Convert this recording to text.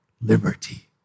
Liberty